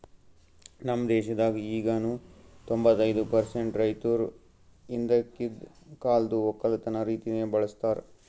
ನಮ್ ದೇಶದಾಗ್ ಈಗನು ತೊಂಬತ್ತೈದು ಪರ್ಸೆಂಟ್ ರೈತುರ್ ಹಿಂದಕಿಂದ್ ಕಾಲ್ದು ಒಕ್ಕಲತನ ರೀತಿನೆ ಬಳ್ಸತಾರ್